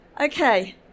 Okay